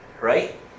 right